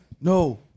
No